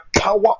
power